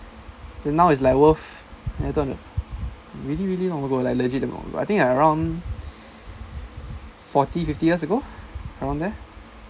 then now it's like worth ya two hundred really really long ago like legit damn long like I think around like forty fifty years ago